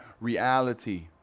reality